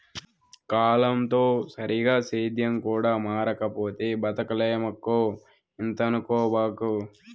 కాలంతో సరిగా సేద్యం కూడా మారకపోతే బతకలేమక్కో ఇంతనుకోబాకు